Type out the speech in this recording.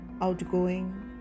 outgoing